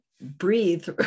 breathe